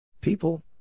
People